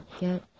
get